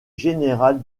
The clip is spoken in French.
général